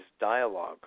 dialogue